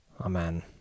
Amen